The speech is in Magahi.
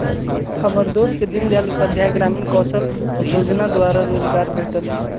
हमर दोस के दीनदयाल उपाध्याय ग्रामीण कौशल जोजना द्वारा रोजगार भेटल